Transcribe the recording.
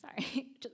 Sorry